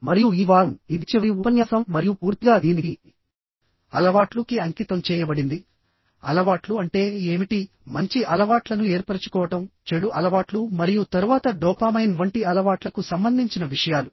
మరియు ఈ వారం ఇది చివరి ఉపన్యాసం మరియు పూర్తిగా దీనికి అలవాట్లు కి అంకితం చేయబడిందిఅలవాట్లు అంటే ఏమిటి మంచి అలవాట్లను ఏర్పరచుకోవడం చెడు అలవాట్లు మరియు తరువాత డోపామైన్ వంటి అలవాట్లకు సంబంధించిన విషయాలు